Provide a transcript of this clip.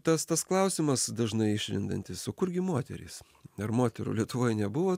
tas tas klausimas dažnai išlendantis su kurgi moterys dar moterų lietuvoj nebuvo